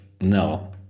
no